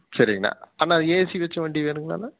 சரிங்கண்ணா அண்ணா ஏசி வச்ச வண்டி வேணுங்களாண்ணா